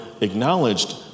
acknowledged